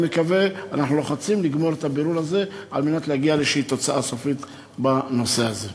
אנחנו לוחצים לגמור את הבירור הזה על מנת להגיע לתוצאה סופית בנושא הזה.